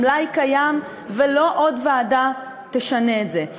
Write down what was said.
המלאי קיים ועוד ועדה לא תשנה את זה.